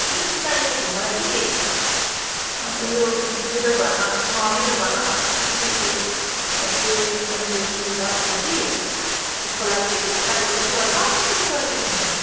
मिस्टी चाहिएको थियो मलाई कि अन्त यो मेरो घरमा म मेरो घरमा अलिकति त्यो बर्थडे एनिभर्सरी छ कि त्यसको लागि चाहिएको थियो अनि कसरी पिस गरेर दिनुहुन्छ